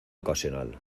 ocasional